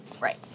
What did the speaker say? right